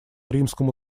римскому